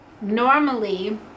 normally